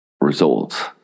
results